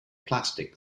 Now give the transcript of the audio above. plastic